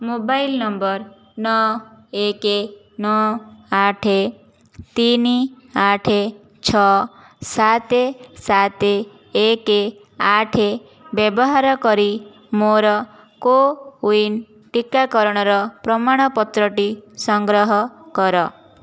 mobile number ନଅ ଏକ ନଅ ଆଠ ତିନି ଆଠ ଛଅ ସାତ ସାତ ଏକ ଆଠ ବ୍ୟବହାର କରି ମୋର କୋୱିନ୍ ଟିକାକରଣର ପ୍ରମାଣପତ୍ରଟି ସଂଗ୍ରହ କର